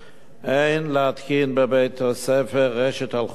אין להתקין בבית-הספר רשת אלחוטית